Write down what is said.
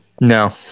No